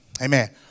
amen